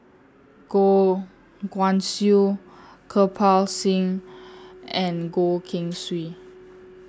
Goh Guan Siew Kirpal Singh and Goh Keng Swee